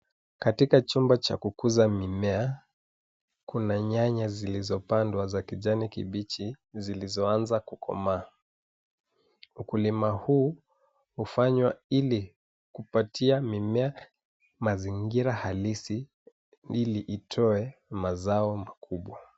Katika chumba cha kukuza mimea, kuna nyanya zilizopandwa zenye rangi ya kijani kibichi ambazo zinaanza kuonyesha dalili za kukoma. Kilimo hiki hufanywa ili kutoa mazingira halisi kwa mimea, hivyo kuweza kupata mazao makubwa na bora.